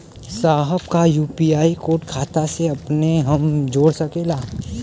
साहब का UPI code खाता से अपने हम जोड़ सकेला?